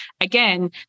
again